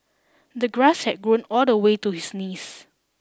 the grass had grown all the way to his knees